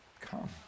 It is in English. come